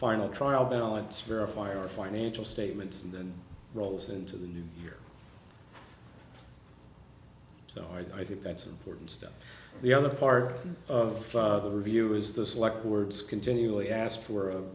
final trial balance verify our financial statements and then rolls into the new year so i think that's an important step the other parts of the review is this like words continually asked for